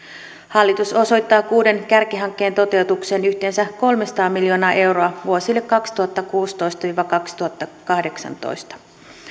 hallitus osoittaa kuuden kärkihankkeen toteutukseen yhteensä kolmesataa miljoonaa euroa vuosille kaksituhattakuusitoista viiva kaksituhattakahdeksantoista